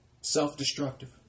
Self-destructive